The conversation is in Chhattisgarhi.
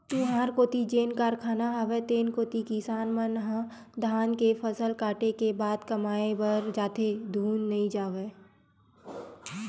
तुँहर कोती जेन कारखाना हवय तेन कोती किसान मन ह धान के फसल कटे के बाद कमाए बर जाथे धुन नइ जावय?